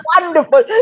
wonderful